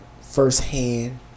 firsthand